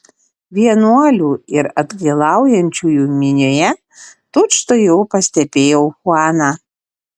vienuolių ir atgailaujančiųjų minioje tučtuojau pastebėjau chuaną